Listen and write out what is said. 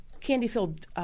candy-filled